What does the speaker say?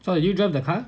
so did you drive the car